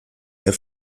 der